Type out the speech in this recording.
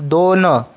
दोन